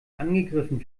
angegriffen